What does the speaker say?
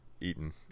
eaten